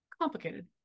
Complicated